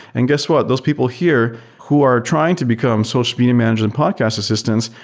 and guess what? those people here who are trying to become social media managers and podcast assistants,